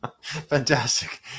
Fantastic